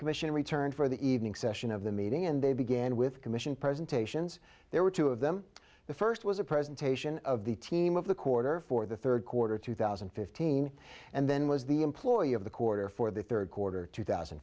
commission returned for the evening session of the meeting and they began with commission presentations there were two of them the first was a presentation of the team of the quarter for the third quarter two thousand and fifteen and then was the employee of the quarter for the third quarter two thousand